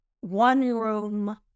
one-room